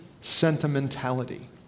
sentimentality